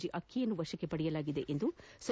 G ಅಕ್ಕಿ ಯನ್ನು ವಶಕ್ಕೆ ಪಡೆಯಲಾಗಿದೆ ಎಂದು ಕೆ